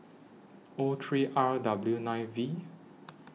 O three R W nine V